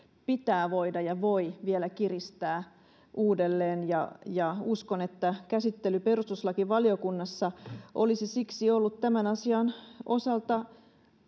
pitää voida ja voi vielä kiristää uudelleen ja ja uskon että käsittely perustuslakivaliokunnassa olisi siksi ollut tämän asian osalta